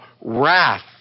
wrath